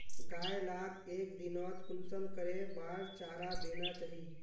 गाय लाक एक दिनोत कुंसम करे बार चारा देना चही?